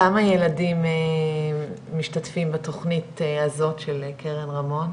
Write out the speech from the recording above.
כמה ילדים משתתפים בתוכנית הזאת של קרן רמון?